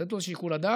לתת לו את שיקול הדעת,